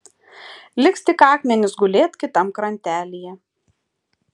liks tik akmenys gulėt kitam krantelyje